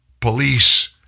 police